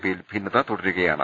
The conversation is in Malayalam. പി യിൽ ഭിന്നത തുടരുകയാണ്